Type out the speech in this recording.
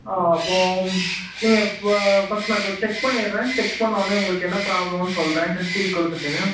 ஆ அப்போது நீங்கள் இப்போ ஃபஸ்ட் நான் இப்போ செக் பண்ணிடுறேன் செக் பண்ணிணோன்னே உங்களுக்கு என்ன ப்ராப்ளம்னு சொல்கிறேன் டெஸ்டிங் கொடுத்துட்டு